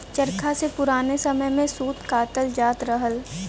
चरखा से पुराने समय में सूत कातल जात रहल